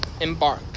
embark